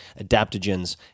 adaptogens